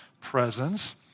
presence